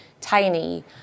tiny